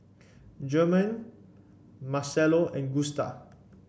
German Marcelo and Gusta